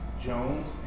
Jones